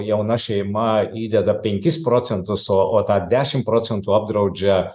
jauna šeima įdeda penkis procentus o o tą dešimt procentų apdraudžia